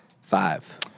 Five